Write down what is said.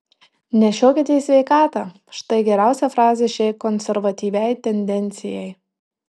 nešiokite į sveikatą štai geriausia frazė šiai konservatyviai tendencijai